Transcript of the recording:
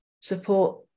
support